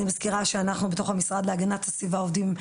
אני מזכירה שאנחנו בתוך המשרד להגנת הסביבה עובדים,